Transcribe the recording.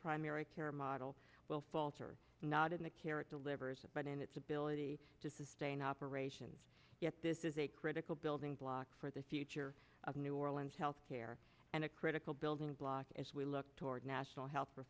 primary care model will falter not in the carrot delivers but in its ability to sustain operations yet this is a critical building block for the future of new orleans health care and a critical building block as we look toward national health